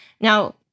Now